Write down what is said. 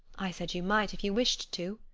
i said you might if you wished to.